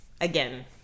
again